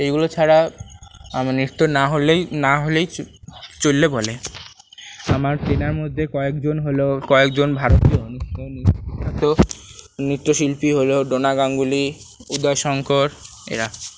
এইগুলো ছাড়া নৃত্য না হলেই না হলেই বলে আমার চেনার মধ্যে কয়েকজন হল কয়েকজন ভারতীয় নৃত্য শিল্পী হল ডোনা গাঙ্গুলী উদয় শঙ্কর এরা